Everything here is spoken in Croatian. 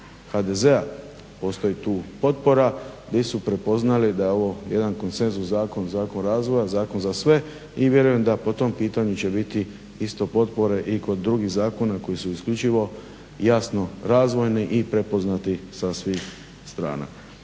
HDZ-a postoji tu potpora, di su prepoznali da je ovo jedan konsenzus zakon, zakon razvoja, zakon za sve i vjerujem da po tom pitanju će biti isto potpore i kod drugih zakona koji su isključivo jasno razvojni i prepoznati sa svih strana.